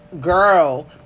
Girl